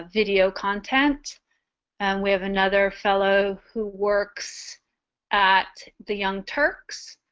video content and we have another fellow who works at the young turks